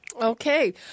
Okay